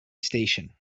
station